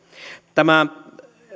tämä